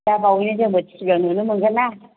दा बावैनो जोंबो टि भि आव नुनो मोनगोन ना